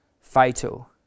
fatal